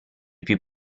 più